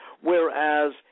whereas